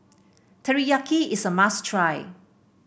teriyaki is a must try